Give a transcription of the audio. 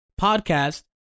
podcast